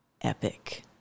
epic